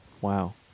Wow